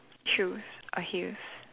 choose a heels